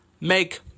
make